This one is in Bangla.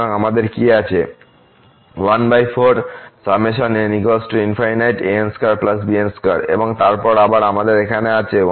সুতরাং আমাদের কি আছে এবং তারপর আবার আমাদের এখানে আছে